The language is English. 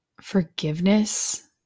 forgiveness